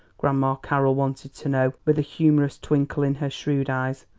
grandma carroll wanted to know, with a humorous twinkle in her shrewd eyes.